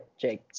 Jake